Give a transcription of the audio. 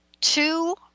two